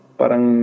parang